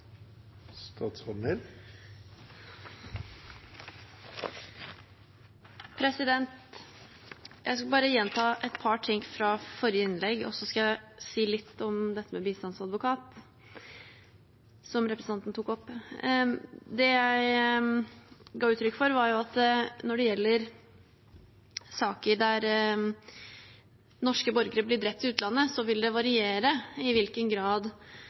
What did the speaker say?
Jeg skal bare gjenta et par ting fra forrige innlegg, og så skal jeg si litt om dette med bistandsadvokat, som representanten tok opp. Det jeg ga uttrykk for, var at når det gjelder saker der norske borgere blir drept i utlandet, vil det variere i hvilken grad